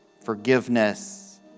forgiveness